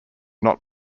not